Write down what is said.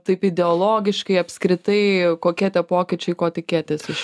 taip ideologiškai apskritai kokie tie pokyčiai ko tikėtis iš